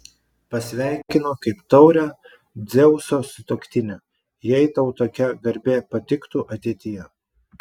pasveikino kaip taurią dzeuso sutuoktinę jei tau tokia garbė patiktų ateityje